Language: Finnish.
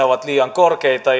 ovat liian korkeita